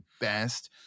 best